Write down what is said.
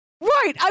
right